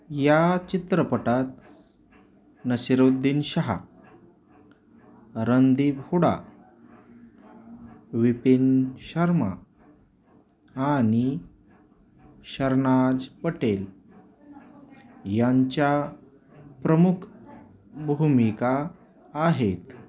या चित्रपटात नसिरुद्दीन शाह रणदीप हूडा विपिन शर्मा आणि शरनाझ पटेल यांच्या प्रमुख भूमिका आहेत